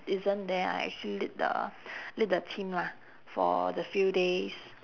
isn't there I actually lead the lead the team lah for the few days